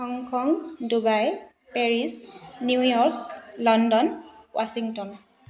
Hong Kong Dubai Paris New York London Washington